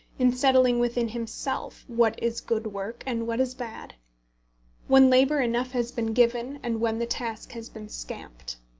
in settling within himself what is good work and what is bad when labour enough has been given, and when the task has been scamped.